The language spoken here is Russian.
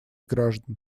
граждан